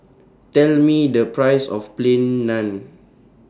Tell Me The Price of Plain Naan